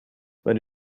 but